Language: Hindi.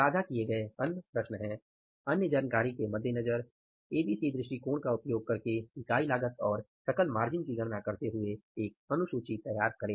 साझा किए गए अन्य प्रश्न हैं अन्य जानकारी के मद्देनजर एबीसी दृष्टिकोण का उपयोग करके इकाई लागत और सकल मार्जिन की गणना करते हुए एक अनुसूची तैयार करें